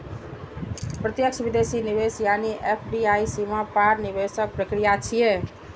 प्रत्यक्ष विदेशी निवेश यानी एफ.डी.आई सीमा पार निवेशक प्रक्रिया छियै